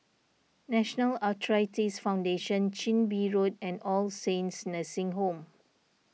National Arthritis Foundation Chin Bee Road and All Saints Nursing Home